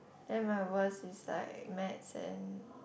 then my worse is like maths and